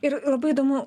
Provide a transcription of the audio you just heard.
ir labai įdomu